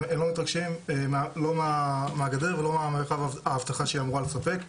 הם לא מתרגשים לא מהגדר ולא ממרחב האבטחה שהיא אמורה לספק,